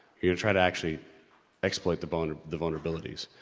you gonna try to actually exploit the vuln, the vulnerabilities.